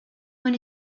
when